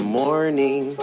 morning